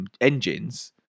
Engines